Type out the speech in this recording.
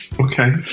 okay